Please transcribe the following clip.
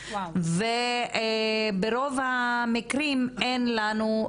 וברוב המקרים אין לנו.